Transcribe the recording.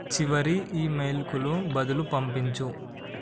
చివరి ఈమెయిల్కు బదులు పంపించు